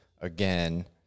again